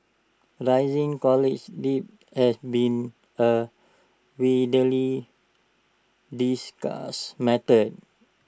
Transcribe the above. rising college debt has been A widely discussed matter